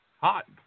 hot